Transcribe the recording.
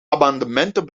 amendementen